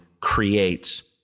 creates